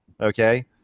okay